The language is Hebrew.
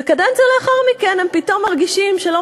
וקדנציה לאחר מכן הם פתאום מרגישים שלא